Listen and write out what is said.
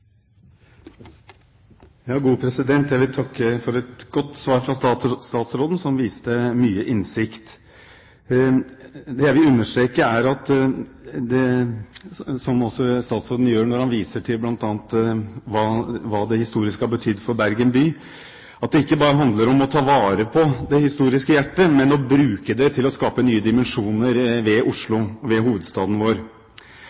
Jeg vil takke for et godt svar fra statsråden, som viste mye innsikt. Det jeg vil understreke, som også statsråden gjør når han bl.a. viser til hva Bryggen historisk har betydd for Bergen by, er at det ikke bare handler om å ta vare på det historiske hjertet, men å bruke det til å skape nye dimensjoner ved